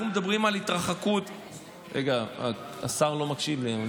אנחנו מדברים על התרחקות, רגע, השר לא מקשיב לי.